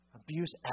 Abuse